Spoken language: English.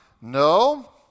No